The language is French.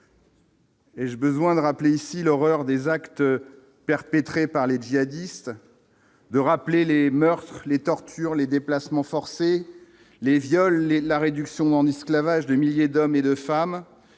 j'ai besoin de rappeler ici l'horreur des actes perpétrés par les djihadistes de rappeler les meurtres, les tortures, les déplacements forcés, les viols et la réduction d'en esclavage des milliers d'hommes et de femmes,